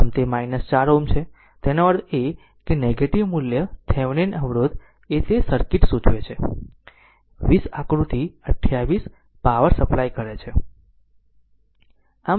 આમ તે 4 Ω છે એનો અર્થ એ છે કે નેગેટીવ મૂલ્ય થિવેનિન અવરોધ એ તે સર્કિટ સૂચવે છે વીસ આકૃતિ 28 પાવર સપ્લાય કરે છે